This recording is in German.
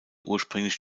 ursprünglich